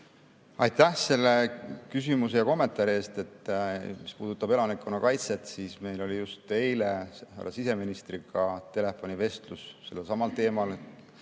Aitäh selle küsimuse ja kommentaari eest! Mis puudutab elanikkonnakaitset, siis meil oli just eile härra siseministriga telefonivestlus sellel samal teemal.